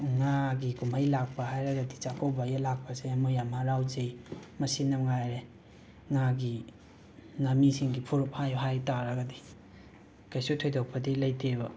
ꯉꯥꯒꯤ ꯀꯨꯝꯍꯩ ꯂꯥꯛꯄ ꯍꯥꯏꯔꯒꯗꯤ ꯆꯥꯛꯀꯧꯕ ꯂꯥꯛꯄꯁꯦ ꯃꯣꯏ ꯌꯥꯝꯅ ꯍꯔꯥꯎꯖꯩ ꯃꯁꯤ ꯃꯉꯥꯏꯔꯦ ꯉꯥꯒꯤ ꯉꯥꯃꯤꯁꯤꯡꯒꯤ ꯐꯨꯔꯨꯞ ꯍꯥꯏꯌꯣ ꯍꯥꯏ ꯇꯥꯔꯒꯗꯤ ꯀꯩꯁꯨ ꯊꯣꯏꯗꯣꯛꯄꯗꯤ ꯂꯩꯇꯦꯕ